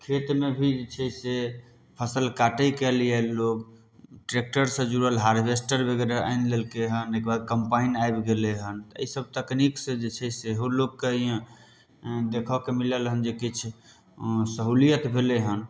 खेतमे भी छै से फसल काटैके लिए लोग ट्रेक्टर सऽ जुड़ल हार्वेस्टर वगैरह आनि लेलकै हँ ओहिके बाद कॉम्पाइन आबि गेलै हँ तऽ एहि सब तकनीक सऽ जे छै से सेहो लोकके देखऽके मिलल हँ जे किछु सहूलियत भेलै हँ